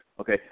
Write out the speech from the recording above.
okay